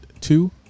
two